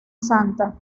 santa